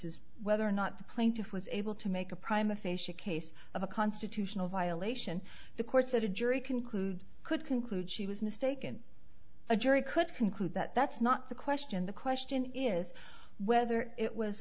is whether or not the plaintiff was able to make a prime a facia case of a constitutional violation the court said a jury concluded could conclude she was mistaken a jury could conclude that that's not the question the question is whether it was